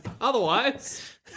otherwise